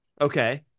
Okay